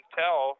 tell